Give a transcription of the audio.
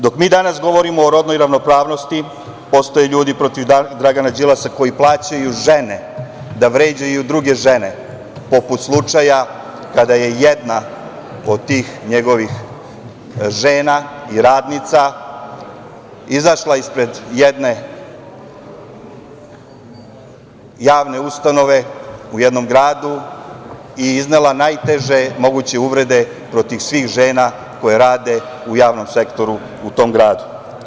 Dok mi danas govorimo o rodnoj ravnopravnosti postoje ljudi protiv Dragana Đilasa koji plaćaju žene da vređaju druge žene poput slučaja kada je jedna od tih njegovih žena i radnica izašla ispred jedne javne ustanove u jednom gradu i iznela najteže moguće uvrede protiv svih žena koje rade u Javnom sektoru u tom gradu.